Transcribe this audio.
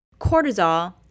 cortisol